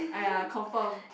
(aiya) confirm